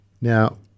Now